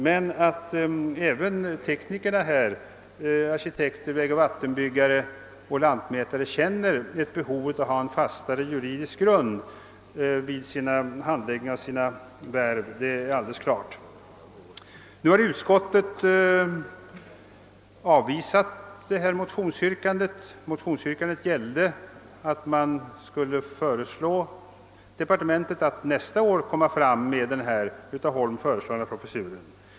Men att även de berörda teknikerna — arkitekter, vägoch vattenbyggare och lantmätare — känner ett behov av att ha en fastare juridisk grund för handläggningen av juridiska frågor är uppenbar. Utskottet har nu avvisat motionsyrkandet, som avsåg att riksdagen skulle hemställa till departementet om att detta nästa år skulle framföra den av Lennart Holm föreslagna professuren.